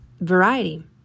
variety